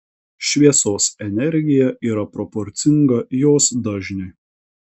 šviesos energija yra proporcinga jos dažniui